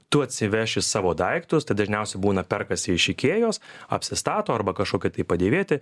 tu atsiveši savo daiktus tai dažniausiai būna perkasi iš ikėjos apsistato arba kažkokia tai padėvėti